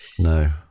no